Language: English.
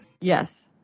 Yes